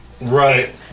Right